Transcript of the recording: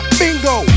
bingo